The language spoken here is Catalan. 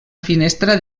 finestra